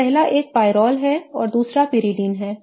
तो पहला एक pyrrole है और दूसरा pyridine है